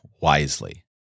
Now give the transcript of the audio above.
wisely